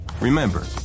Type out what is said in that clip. Remember